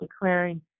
declaring